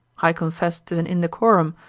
i confess tis an indecorum,